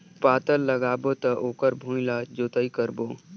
पातल लगाबो त ओकर भुईं ला जोतई करबो?